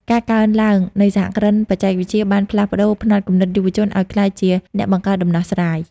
ការកើនឡើងនៃសហគ្រិនបច្ចេកវិទ្យាបានផ្លាស់ប្តូរផ្នត់គំនិតយុវជនឱ្យក្លាយជាអ្នកបង្កើតដំណោះស្រាយ។